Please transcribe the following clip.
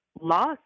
lost